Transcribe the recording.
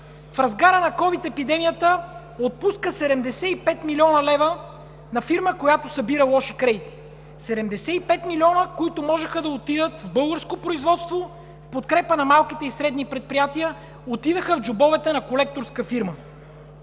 в разгара на COVID епидемията отпуска 75 млн. лв. на фирма, която събира лоши кредити. Седемдесет и пет милиона, които можеха да отидат в българското производство в подкрепа на малките и средните предприятия, отидоха в джобовете на колекторска фирма.